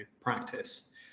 practice